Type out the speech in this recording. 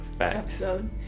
episode